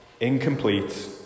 incomplete